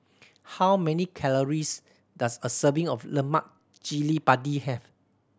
how many calories does a serving of lemak cili padi have